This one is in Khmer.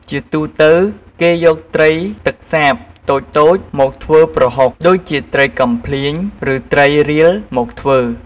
ជាទូទៅគេយកត្រីទឹកសាបតូចៗមកធ្វើប្រហុក ដូចជាត្រីកំភ្លាញ ឬត្រីរៀលមកធ្វើ។